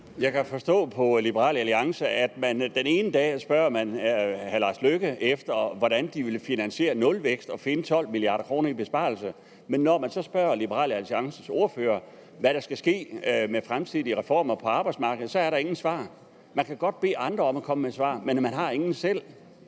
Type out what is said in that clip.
Jeg kan forstå på Liberal Alliance, at man den ene dag spørger hr. Lars Løkke Rasmussen om, hvordan Venstre vil finansiere nulvækst og finde 12 mia. kr. i besparelser. Men når man så spørger Liberal Alliances ordfører, hvad der skal ske med hensyn til fremtidige reformer på arbejdsmarkedet, så er der ingen svar. Man kan godt bede andre om at komme med svar, men man har ingen selv.